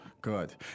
Good